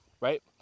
Right